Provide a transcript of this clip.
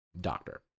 doctor